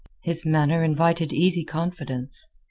his manner invited easy confidence.